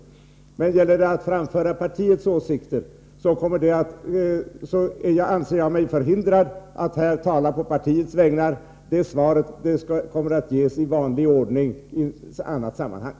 När det gäller att framföra partiets åsikter anser jag mig förhindrad att här tala å dess vägnar. Partiets svar kommer att ges i vanlig ordning i annat sammanhang.